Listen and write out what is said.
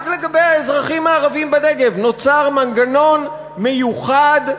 רק לגבי האזרחים הערבים בנגב נוצר מנגנון מיוחד,